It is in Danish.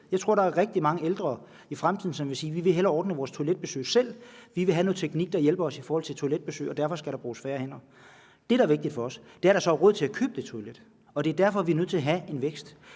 Jeg tror, der er rigtig mange ældre, som i fremtiden vil sige: Vi vil hellere ordne vores toiletbesøg selv; vi vil have noget teknik, der hjælper os i forhold til toiletbesøg. Derfor skal der bruges færre hænder. Det, der er vigtigt for os, er, at der så er råd til at købe den toiletteknik. Det er derfor, vi er nødt til at have vækst.